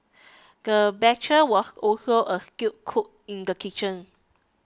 the butcher was also a skilled cook in the kitchen